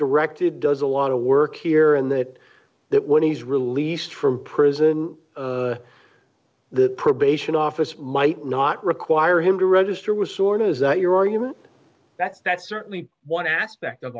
directed does a lot of work here and that that what he's released from prison the probation office might not require him to register was sort of is that your argument that that's certainly one aspect of